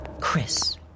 Chris